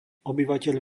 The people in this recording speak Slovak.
obyvateľ